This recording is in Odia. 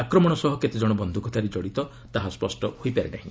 ଆକ୍ରମଣ ସହ କେତେକଜଣ ବନ୍ଧ୍ରକଧାରୀ ଜଡିତ ତାହା ସ୍ୱଷ୍ଟ ହୋଇପାରିନାହିଁ